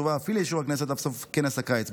תובא אף היא לאישור הכנסת עד סוף כנס הקיץ.